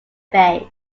base